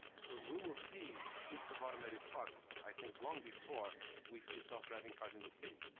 so we will see fleets of automated trucks, i think, long before we see self-driving cars in the city.